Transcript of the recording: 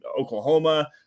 Oklahoma